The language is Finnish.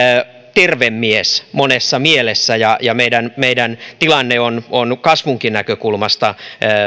terve mies monessa mielessä ja ja meidän tilanteemme on on kasvunkin näkökulmasta